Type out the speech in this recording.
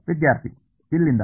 ವಿದ್ಯಾರ್ಥಿ ಇಲ್ಲಿಂದ